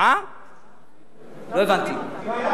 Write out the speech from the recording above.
למה?